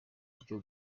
byo